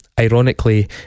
ironically